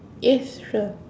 yes sure